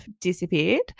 disappeared